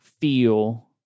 feel